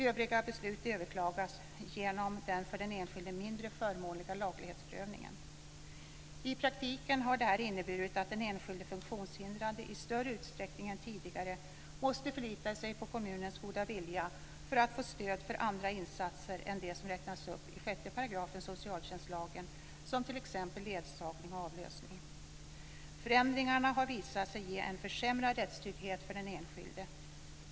Övriga beslut kan överklagas genom den för den enskilde mindre förmånliga laglighetsprövningen. I praktiken har detta inneburit att den enskilde funktionshindrade i större utsträckning än tidigare måste förlita sig på kommunens goda vilja för att få stöd för andra insatser än dem som räknas upp i 6 § socialtjänstlagen, såsom t.ex. ledsagning och avlösning. Förändringarna har visat sig ge en försämrad rättstrygghet för den enskilde.